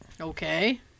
Okay